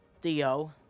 Theo